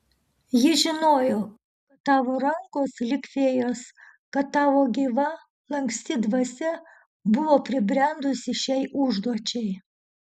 ji žinojo kad tavo rankos lyg fėjos kad tavo gyva lanksti dvasia buvo pribrendusi šiai užduočiai